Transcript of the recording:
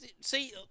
see